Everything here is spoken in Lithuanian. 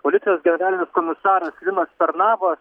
policijos generalinis komisaras linas pernava